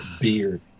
beard